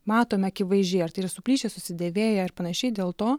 matome akivaizdžiai ar tai yra suplyšę susidėvėję ar panašiai dėl to